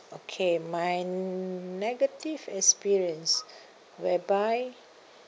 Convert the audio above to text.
okay my negative experience whereby